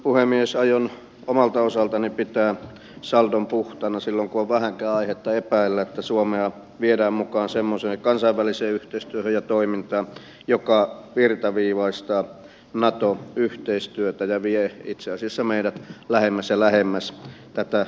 aion omalta osaltani pitää saldon puhtaana silloin kun on vähänkään aihetta epäillä että suomea viedään mukaan semmoiseen kansainväliseen yhteistyöhön ja toimintaan joka virtaviivaistaa nato yhteistyötä ja vie itse asiassa meidät lähemmäs ja lähemmäs tätä sotilasliittoa